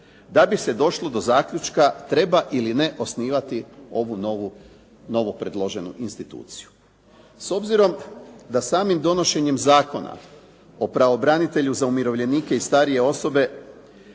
da bi se došlo do zaključka treba ili ne osnivati ovu novu novo predloženu instituciju. S obzirom da samim donošenjem zakona o pravobranitelju za umirovljenike i starije osobe